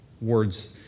Words